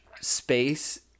space